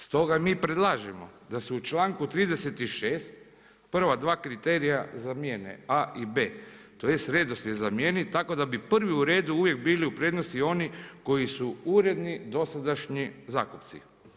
Stoga mi predlažemo da se u članku 36 prva dva kriterija zamijene, tj. redoslijed zamijeni tako da bi prvi u redu uvijek bili u prednosti i oni koji su uredni, dosadašnji zakupci.